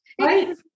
Right